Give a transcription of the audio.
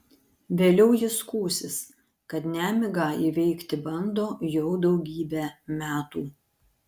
vėliau ji skųsis kad nemigą įveikti bando jau daugybę metų